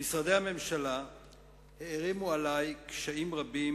משרדי הממשלה הערימו עלי קשיים רבים,